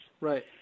right